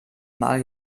mal